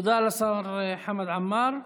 תודה לשר חמד עמאר.